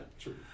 True